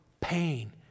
pain